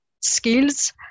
skills